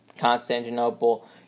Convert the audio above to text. Constantinople